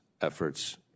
efforts